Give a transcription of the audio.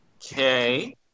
Okay